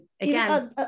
again